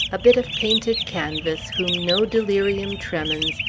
a bit of painted canvass, whom no delirium tremens,